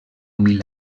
mil